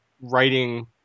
writing